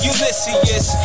Ulysses